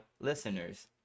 listeners